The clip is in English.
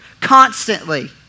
constantly